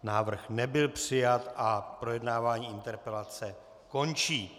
Návrh nebyl přijat a projednávání interpelace končí.